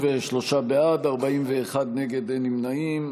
33 בעד, 41 נגד, אין נמנעים.